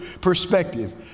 perspective